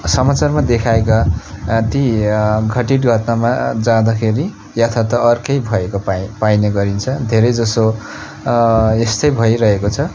समाचारमा देखाएका ती घटित भए ठाउँमा जाँदाखेरि यथार्थ अर्कै भएको पा पाइने गरिन्छ धेरैजसो यस्तै भइरहेको छ